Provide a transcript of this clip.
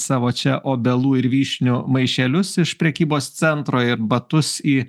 savo čia obelų ir vyšnių maišelius iš prekybos centro ir batus į